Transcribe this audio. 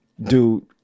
dude